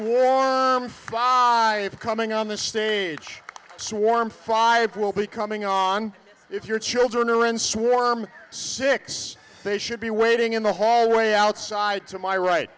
saif coming on the stage swarm five will be coming on if your children are in swarm six they should be waiting in the hallway outside to my right